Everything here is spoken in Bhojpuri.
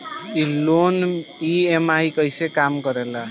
ई लोन ई.एम.आई कईसे काम करेला?